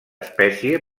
espècie